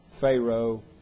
Pharaoh